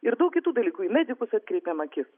ir daug kitų dalykų į medikus atkreipiam akis